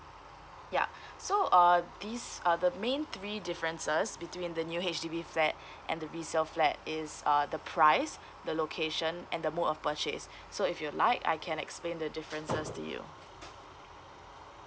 ya so uh these uh the main three differences between the new H_D_B flat and the resale flat is uh the price the location and the mode of purchase so if you'd like I can explain the differences to you